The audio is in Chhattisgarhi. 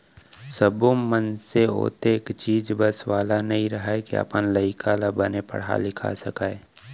सब्बो मनसे ओतेख चीज बस वाला नइ रहय के अपन लइका ल बने पड़हा लिखा सकय